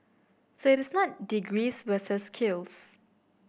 so it is not degrees versus skills